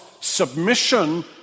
submission